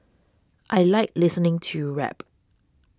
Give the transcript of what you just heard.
I like listening to rap